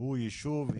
הוא ישוב,